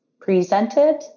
presented